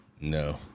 No